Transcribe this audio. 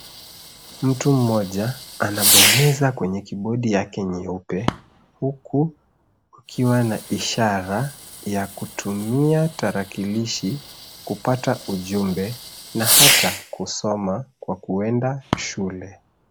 Mtu mmoja anabonyeza kwenye kibodi yake nyeupe huku kukiwa na ishara ya kutumia tarakilishi kupata ujumbe na hata kusoma kwa kuenda shule .